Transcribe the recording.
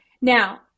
Now